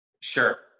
sure